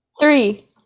Three